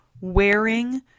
wearing